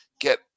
get